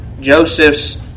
Joseph's